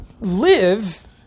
live